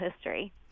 history